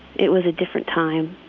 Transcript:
it was a different time.